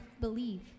believe